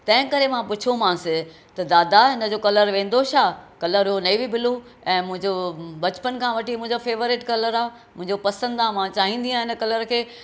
तंहिं करे मां पुछियोमांसि त दादा हिन जो कलर वेंदो छा कलर हुओ नेवी ब्लू ऐं मुंहिंजो बचपन खां वठी मुंहिंजो फेवरेट कलर आहे मुंहिंजो पसंदि आहे मां चाहींदी आहियां हिन कलर खे